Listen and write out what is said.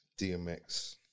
DMX